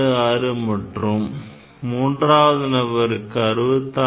66 மற்றும் மூன்றாவது நபருக்கு 66